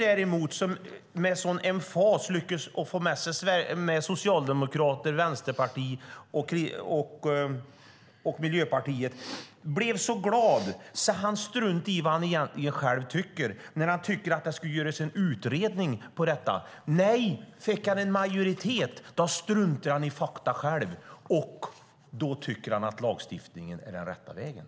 Men Tony Wiklander, som med sådan emfas lyckats få med sig Socialdemokraterna, Vänsterpartiet och Miljöpartiet, blev så glad att han struntar i vad han själv egentligen tycker. Han tycker att det ska göras en utredning om detta. Nej, nu fick han en majoritet, och då struntar han själv i fakta och tycker att lagstiftningen är den rätta vägen.